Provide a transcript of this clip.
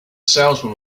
salesman